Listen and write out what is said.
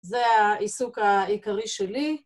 זה העיסוק העיקרי שלי.